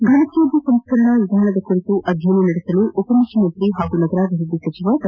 ಫನ ತ್ಕಾಜ್ಯ ಸಂಸ್ಕರಣಾ ವಿಧಾನದ ಕುರಿತು ಅಧ್ಯಯನ ನಡೆಸಲು ಉಪಮುಖ್ಯಮಂತ್ರಿ ಹಾಗೂ ನಗರಾಭಿವೃದ್ದಿ ಸಚಿವ ಡಾ